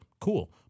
cool